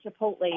Chipotle